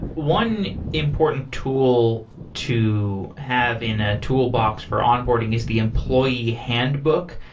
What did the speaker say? one important tool to have in a toolbox for onboarding is the employee handbook.